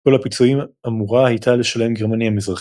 כל הפיצויים אמורה הייתה לשלם גרמניה המזרחית,